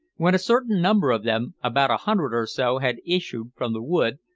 when a certain number of them, about a hundred or so, had issued from the wood,